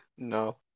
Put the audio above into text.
No